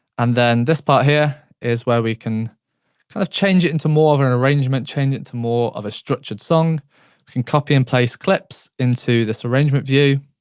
and then this part here is where we can kind of change it into more of an arrangement, change it to more of a structured song. we can copy and place clips into this arrangement view.